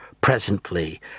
presently